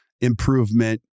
improvement